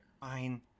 Fine